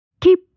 Keep